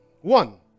One